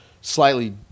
slightly